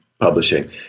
publishing